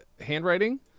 handwriting